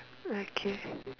okay